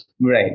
Right